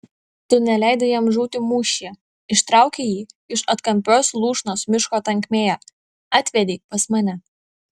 tu neleidai jam žūti mūšyje ištraukei jį iš atkampios lūšnos miško tankmėje atvedei pas mane